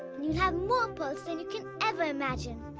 you'll have more pearls than you could ever imagine.